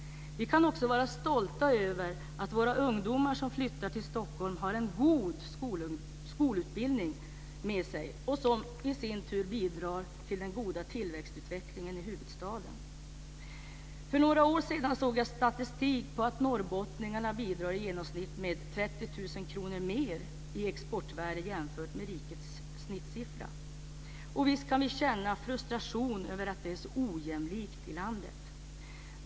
Vi kan också vara stolta över att våra ungdomar som flyttar till Stockholm har en god skolutbildning som bidrar till den goda tillväxtutvecklingen i huvudstaden. För några år sedan såg jag en statistik som visade att norrbottningarna i genomsnitt bidrar med 30 000 kr mer i exportvärde jämfört med rikets genomsnittssiffra. Visst kan vi känna frustration över att det är så ojämlikt i landet.